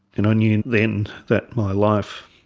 you know knew then that my life